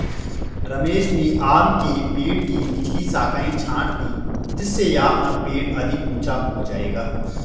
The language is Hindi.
रमेश ने आम के पेड़ की निचली शाखाएं छाँट दीं जिससे यह पेड़ अधिक ऊंचा हो जाएगा